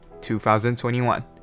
2021